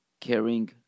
caring